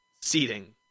seating